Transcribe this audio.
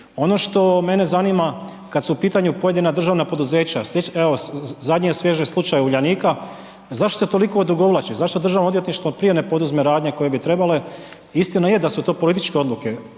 Ono što mene zanima kad su u pitanju pojedina državna poduzeća, evo zadnje je svježe slučaj Uljanika, zašto se toliko odugovlači, zašto državno odvjetništvo prije ne poduzme radnje koje bi trebale, istina je da su to političke odluke